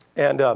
and